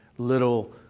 Little